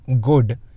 good